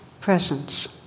Presence